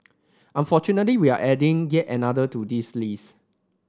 unfortunately we're adding yet another to this list